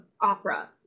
opera